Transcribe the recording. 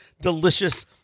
delicious